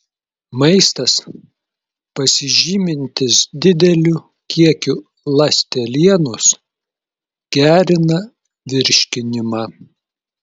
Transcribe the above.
maistas pasižymintis dideliu kiekiu ląstelienos gerina virškinimą